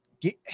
get